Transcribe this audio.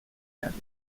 werden